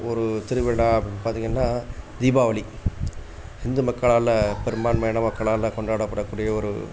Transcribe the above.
ஒரு திருவிழா அப்படின்னு பார்த்தீங்கன்னா தீபாவளி ஹிந்து மக்களால் பெரும்பான்மையான மக்களால் கொண்டாடப்படக்கூடிய ஒரு